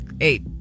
Eight